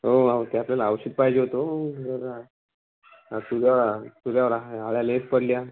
हो हो ते आपल्याला औषध पाहिजे होतं अहो जरा तुजा तुझ्यावर हा अळ्या लेप पडली